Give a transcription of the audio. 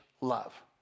love